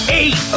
eight